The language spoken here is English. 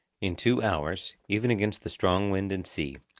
in two hours, even against the strong wind and sea,